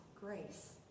grace